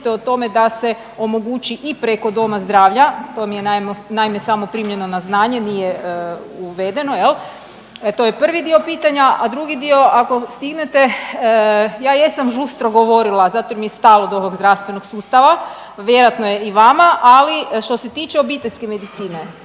o tome da se omogući i preko doma zdravlja, to mi je naime samo primljeno na znanje, nije uvedeno. To je prvi dio pitanja, a drugi dio ako stignete ja jesam žustro govorila zato jer mi je stalo do ovog zdravstvenog sustava, vjerojatno je i vama. Ali što se tiče obiteljske medicine,